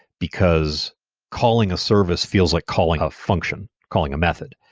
because calling a service feels like calling a function, calling a method.